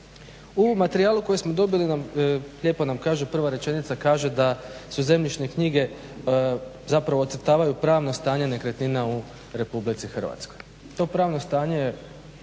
U materijalu koje smo dobili lijepo nam kaže prva rečenica kaže da su zemljišne knjige zapravo ocrtavaju pravno stanje nekretnina u Republici Hrvatskoj. To pravno stanje je,